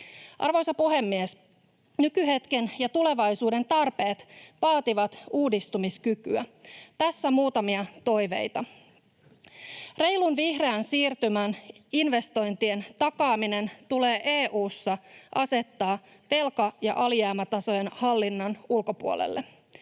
Arvoisa puhemies! Nykyhetken ja tulevaisuuden tarpeet vaativat uudistumiskykyä. Tässä muutamia toiveita: Reilun vihreän siirtymän investointien takaaminen tulee EU:ssa asettaa velka- ja alijäämätasojen hallinnan ulkopuolelle.